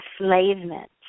enslavement